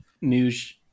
news